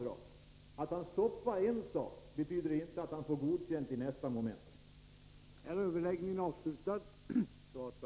Att industriministern stoppade förslaget är en sak, men det betyder inte att han får godkänt för det som sedan följde.